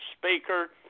speaker—